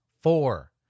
Four